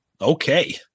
Okay